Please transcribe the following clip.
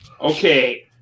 Okay